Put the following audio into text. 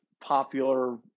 popular